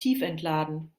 tiefentladen